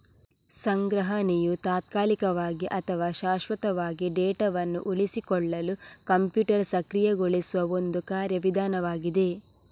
ಸಂಗ್ರಹಣೆಯು ತಾತ್ಕಾಲಿಕವಾಗಿ ಅಥವಾ ಶಾಶ್ವತವಾಗಿ ಡೇಟಾವನ್ನು ಉಳಿಸಿಕೊಳ್ಳಲು ಕಂಪ್ಯೂಟರ್ ಸಕ್ರಿಯಗೊಳಿಸುವ ಒಂದು ಕಾರ್ಯ ವಿಧಾನವಾಗಿದೆ